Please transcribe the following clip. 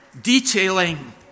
detailing